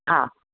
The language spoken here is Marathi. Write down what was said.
हां